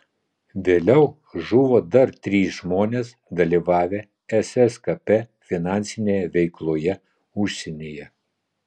vėliau žuvo dar trys žmonės dalyvavę sskp finansinėje veikloje užsienyje